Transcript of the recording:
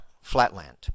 flatland